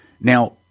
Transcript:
Now